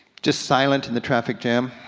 just silent in the traffic jam.